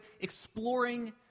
exploring